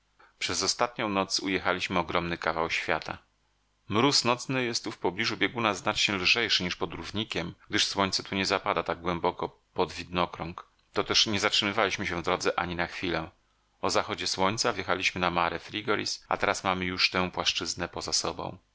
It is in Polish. przez ostatnią noc ujechaliśmy ogromny kawał świata mróz nocny jest tu w pobliżu bieguna znacznie lżejszy niż pod równikiem gdyż słońce tu nie zapada tak głęboko pod widnokrąg to też nie zatrzymywaliśmy się w drodze ani na chwilę o zachodzie słońca wjechaliśmy na mare frigoris a teraz mamy już tę płaszczyznę poza sobą